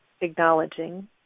acknowledging